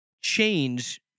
change